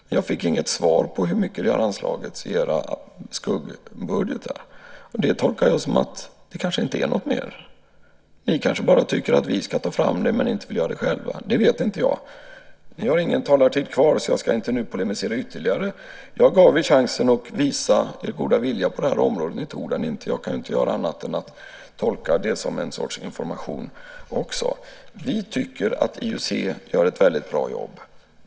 Jag fick alltså inget svar på frågan om hur mycket som har anslagits i era skuggbudgetar. Det tolkar jag som att det kanske inte är mer. Ni tycker kanske att bara vi ska ta fram resurser, inte ni själva - det vet inte jag. Jag har ingen talartid kvar så jag ska inte nu polemisera ytterligare. Jag gav er chansen att visa er goda vilja på området men ni tog inte den chansen. Jag kan inte göra annat än tolka det som en sorts information. Vi tycker att IUC gör ett väldigt bra jobb.